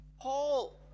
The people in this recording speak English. Paul